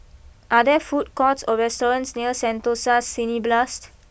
are there food courts or restaurants near Sentosa Cineblast